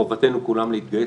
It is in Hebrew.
חובתנו כולם להתגייס.